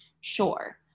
sure